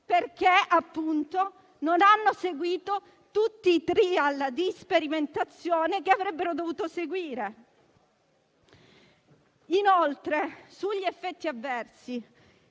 perché, appunto, non hanno seguito tutti i *trial* di sperimentazione a cui avrebbero dovuto essere sottoposti. Inoltre, sugli effetti avversi